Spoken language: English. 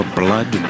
blood